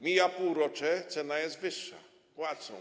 Mija półrocze, cena jest wyższa, płacą.